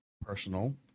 personal